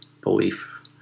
belief